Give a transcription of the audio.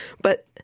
But-